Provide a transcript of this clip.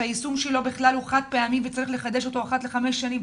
שהיישום שלו הוא חד פעמי וצריך לחדש אותו אחת לחמש שנים,